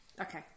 Okay